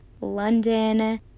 London